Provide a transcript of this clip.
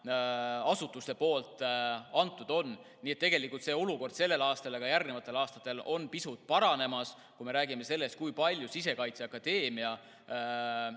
asutuste poolt antud on. Nii et see olukord sellel aastal ja ka järgnevatel aastatel on pisut paranemas, kui me räägime sellest, kui palju Sisekaitseakadeemia